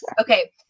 Okay